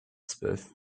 zwölf